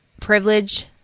privilege